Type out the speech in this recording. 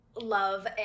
love